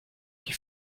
qui